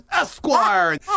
Esquire